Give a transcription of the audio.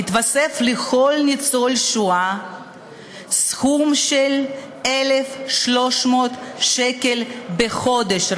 יתווסף לכל ניצול שואה סכום של 1,300 שקל בחודש,